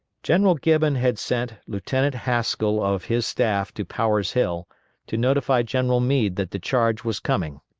general gibbon had sent lieutenant haskell of his staff to power's hill to notify general meade that the charge was coming.